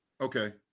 Okay